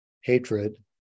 hatred